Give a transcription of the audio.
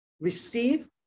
receive